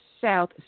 South